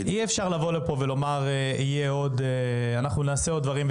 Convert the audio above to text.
אי-אפשר לבוא לכאן ולומר שנעשה עוד דברים,